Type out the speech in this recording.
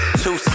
two